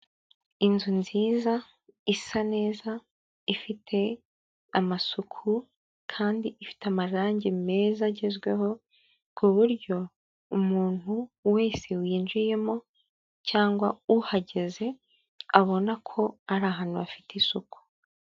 Inzu nziza isa neza ifite amasuku kandi ifite amarangi meza agezweho ku buryo umuntu wese winjiyemo cyangwa uhageze abona ko ari ahantu hafite isuku.